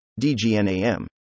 DGNAM